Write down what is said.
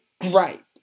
great